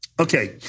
Okay